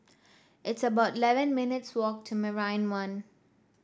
it's about eleven minutes' walk to Marina One